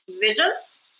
visions